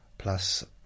Plus